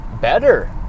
better